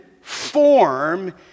form